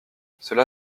cela